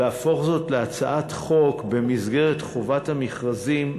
להפוך זאת להצעת חוק במסגרת חובת המכרזים,